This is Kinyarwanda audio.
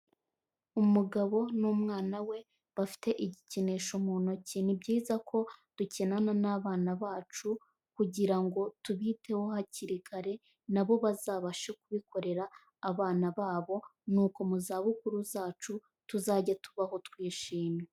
Umugabo n'umwana we bafite igikinisho mu ntoki, ni byiza ko dukinana n'abana bacu kugira ngo tubiteho hakiri kare na bo bazabashe kubikorera abana babo n'uko mu zabukuru zacu tuzajye tubaho twishimye.